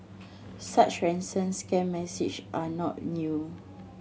such ransom scam message are not new